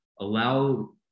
allow